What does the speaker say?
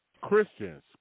Christians